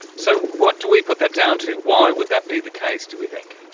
so what do we put that down to, why would that be the case do we think?